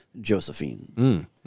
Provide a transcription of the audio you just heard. Josephine